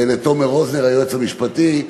לתומר רוזנר, היועץ המשפטי,